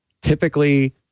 typically